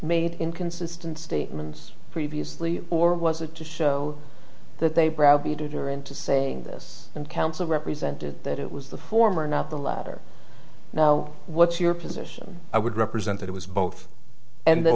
made inconsistent statements previously or was it to show that they browbeat of her into saying this and counsel represented that it was the former not the latter now what's your position i would represent it was both and th